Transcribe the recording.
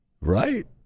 right